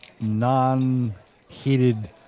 non-heated